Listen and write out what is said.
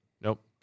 Nope